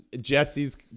Jesse's